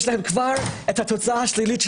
יש להם כבר תוצאת PCR שלילית,